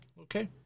Okay